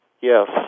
Yes